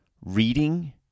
reading